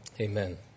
Amen